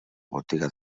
botiga